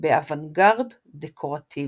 באוונגרד דקורטיבי.